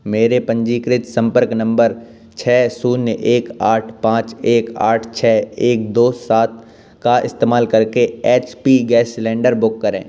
मेरे पंजीकृत संपर्क नम्बर छः शून्य एक पाँच आठ छः एक दो सात का इस्तेमाल करके H P gas cylinder book करें